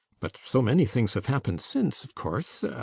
but so many things have happened since, of course